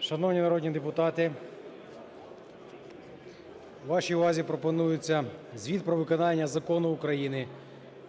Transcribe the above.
Шановні народні депутати, вашій увазі пропонується звіт про виконання Закону України